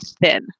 thin